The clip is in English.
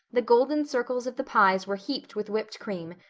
the golden circles of the pies were heaped with whipped cream,